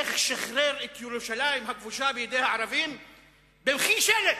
איך שחרר את ירושלים הכבושה מידי הערבים במחי שלט.